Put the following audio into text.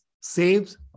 saves